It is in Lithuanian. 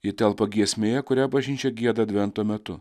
ji telpa giesmėje kurią bažnyčia gieda advento metu